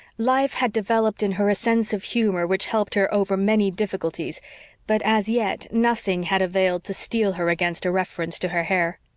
life had developed in her a sense of humor which helped her over many difficulties but as yet nothing had availed to steel her against a reference to her hair.